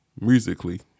musically